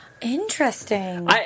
Interesting